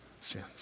sins